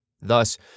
Thus